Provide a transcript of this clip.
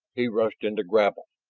he rushed into grapple,